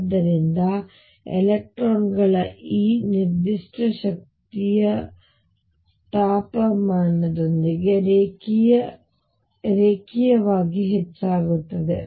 ಆದ್ದರಿಂದ ಎಲೆಕ್ಟ್ರಾನ್ ಗಳ ಈ ನಿರ್ದಿಷ್ಟ ಶಾಖವು ತಾಪಮಾನದೊಂದಿಗೆ ರೇಖೀಯವಾಗಿ ಹೆಚ್ಚಾಗುತ್ತದೆ